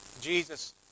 Jesus